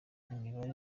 imibare